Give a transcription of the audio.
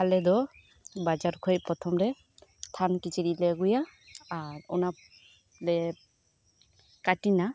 ᱟᱞᱮ ᱫᱚ ᱯᱨᱚᱛᱷᱚᱢ ᱨᱮ ᱵᱟᱡᱟᱨ ᱠᱷᱚᱱ ᱛᱷᱟᱱ ᱠᱤᱪᱨᱤᱡ ᱞᱮ ᱟᱹᱜᱩᱭᱟ ᱟᱨ ᱚᱱᱟ ᱞᱮ ᱠᱟᱹᱴᱤᱱᱟ